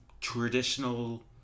traditional